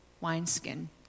wineskin